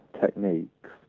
techniques